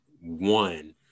one